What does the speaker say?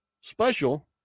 special